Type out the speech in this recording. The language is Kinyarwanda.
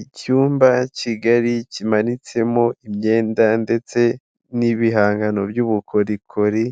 Icyumba kigali kimanitsemo imyenda ndetse n'ibihangano by'ubukorikori